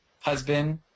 husband